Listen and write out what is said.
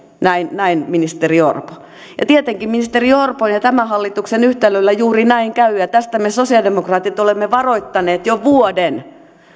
näin näin ministeri orpo tietenkin ministeri orpon ja tämän hallituksen yhtälöllä juuri näin käy ja tästä me sosialidemokraatit olemme varoittaneet jo vuoden